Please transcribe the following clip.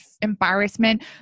embarrassment